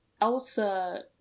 Elsa